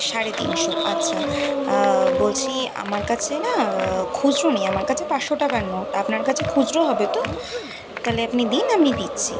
সাড়ে তিনশো আচ্ছা বলছি আমার কাছে না খুচরো নেই আমার কাছে পাঁচশো টাকার নোট আপনার কাছে খুচরো হবে তো তাহলে আপনি দিন আমি দিচ্ছি